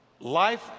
Life